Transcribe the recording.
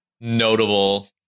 notable